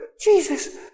Jesus